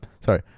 sorry